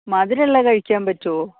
മധുരമുള്ളത് കഴിക്കാൻ പറ്റുമോ